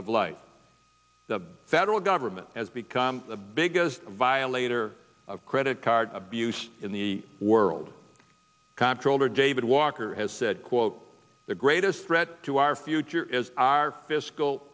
of life the federal government has become the biggest violator of credit card abuse in the world comptroller david walker has said quote the greatest threat to our future is our fiscal